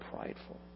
prideful